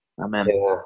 Amen